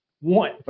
one